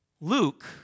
Luke